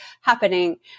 happening